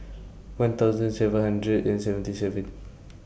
one thousand seven hundred and seventy seven